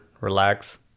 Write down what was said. relax